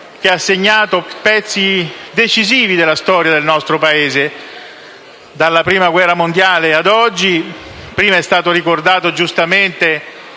che ha segnato pezzi decisivi della storia del nostro Paese, dalla Prima guerra mondiale ad oggi. Prima è stato ricordato giustamente